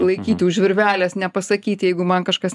laikyti už virvelės nepasakyti jeigu man kažkas